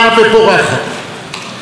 היצירה הישראלית,